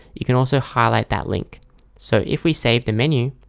you can also highlight that link so if we save the menu,